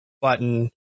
button